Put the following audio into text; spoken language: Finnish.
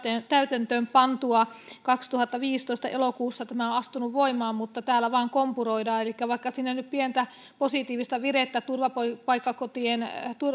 täytäntöön pantua kaksituhattaviisitoista elokuussa tämä on astunut voimaan mutta täällä vain kompuroidaan vaikka sinne nyt pientä positiivista virettä turvapaikkakotien